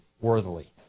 worthily